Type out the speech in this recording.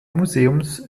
museums